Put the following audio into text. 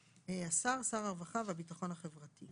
"השר" שר הרווחה והביטחון החברתי.